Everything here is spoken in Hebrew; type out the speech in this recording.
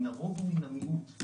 מן הרוב ומן המיעוט,